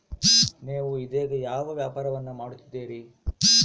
ನೇವು ಇದೇಗ ಯಾವ ವ್ಯಾಪಾರವನ್ನು ಮಾಡುತ್ತಿದ್ದೇರಿ?